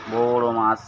বড়ো বড় মাছ